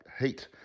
heat